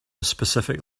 specific